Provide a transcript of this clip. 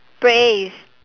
praise